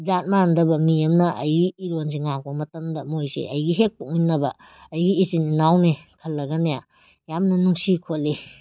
ꯖꯥꯠ ꯃꯥꯟꯅꯗꯕ ꯃꯤ ꯑꯃꯅ ꯑꯩꯒꯤ ꯏꯔꯣꯟꯁꯤ ꯉꯥꯡꯉꯛꯄ ꯃꯇꯝꯗ ꯃꯣꯏꯁꯦ ꯑꯩꯒꯤ ꯍꯦꯛ ꯄꯣꯛꯃꯤꯟꯅꯕ ꯑꯩꯒꯤ ꯏꯆꯤꯟ ꯏꯅꯥꯎꯅꯦ ꯈꯜꯂꯒꯅꯦ ꯌꯥꯝꯅ ꯅꯨꯡꯁꯤ ꯈꯣꯠꯂꯤ